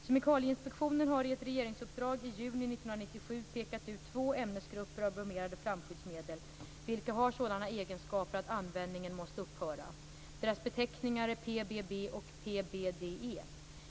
Kemikalieinspektionen har i ett regeringsuppdrag i juni 1997 pekat ut två ämnesgrupper av bromerade flamskyddsmedel vilka har sådana egenskaper att användningen måste upphöra. Deras beteckningar är PBB och PBDE.